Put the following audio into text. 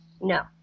No